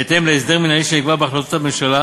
בהתאם להסדר מינהלי שנקבע בהחלטות ממשלה,